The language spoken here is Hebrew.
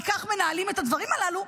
כי כך מנהלים את הדברים הללו,